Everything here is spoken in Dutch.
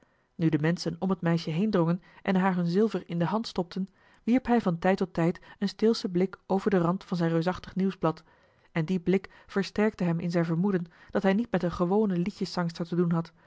nu de menschen om het meisje heendrongen en haar hun zilver in de hand stopten wierp hij van tijd tot tijd een steelschen blik over den rand van zijn reusachtig nieuwsblad en die blik versterkte hem in zijn vermoeden dat hij niet met eene gewone liedjeszangster te doen had